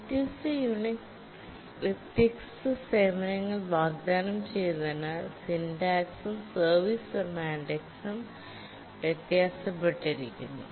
വ്യത്യസ്ത യുണിക്സ് വ്യത്യസ്ത സേവനങ്ങൾ വാഗ്ദാനം ചെയ്തതിനാൽ സിന്റാക്സും സർവീസ് സെമാന്റിസും വ്യത്യാസപ്പെട്ടിരിക്കുന്നു